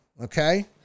Okay